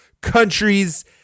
countries